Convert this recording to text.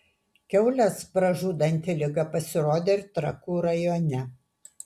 kiaules pražudanti liga pasirodė ir trakų rajone